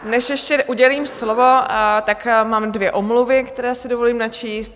Než ještě udělím slovo, tak mám dvě omluvy, které si dovolím načíst.